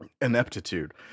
ineptitude